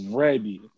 ready